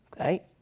Okay